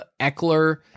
Eckler